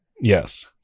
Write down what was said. yes